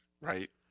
Right